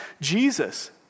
Jesus